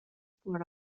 for